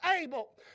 able